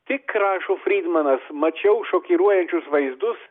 tik rašo frydmanas mačiau šokiruojančius vaizdus